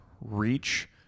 reach